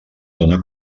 dóna